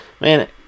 Man